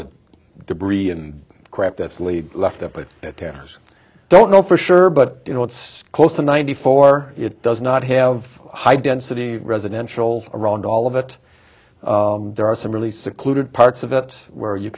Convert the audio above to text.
the debris and crap that's lee left there but i don't know for sure but it's close to ninety four it does not have high density residential around all of it there are some really secluded parts of it where you